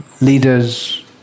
leaders